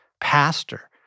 Pastor